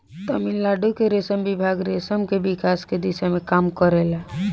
तमिलनाडु के रेशम विभाग रेशम के विकास के दिशा में काम करेला